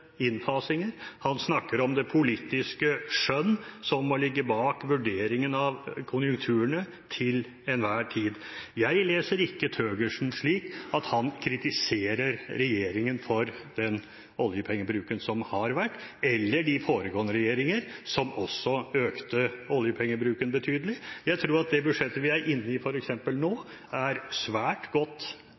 innfasinger, han snakker om det politiske skjønn som må ligge bak vurderingen av konjunkturene til enhver tid. Jeg leser ikke Thøgersen slik at han kritiserer regjeringen for den oljepengebruken som har vært – eller kritiserer de foregående regjeringer, som også økte oljepengebruken betydelig. Jeg tror at f.eks. det budsjettet vi er inne i nå, er svært godt